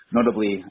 Notably